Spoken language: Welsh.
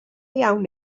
iawn